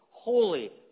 holy